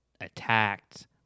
attacked